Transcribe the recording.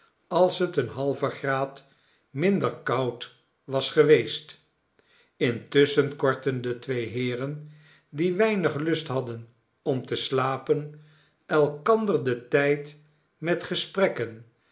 als het een halven graad minder koud was geweest intusschen kortten de twee heeren die weinig lust hadden om te slapen elkander den tijd met gesprekken